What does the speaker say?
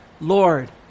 Lord